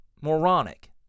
moronic